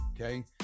Okay